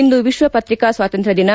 ಇಂದು ವಿಶ್ವ ಪತ್ರಿಕಾ ಸ್ವಾತಂತ್ರ್ಯ ದಿನ